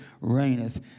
reigneth